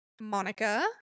Monica